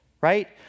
right